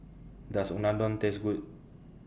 Does Unadon Taste Good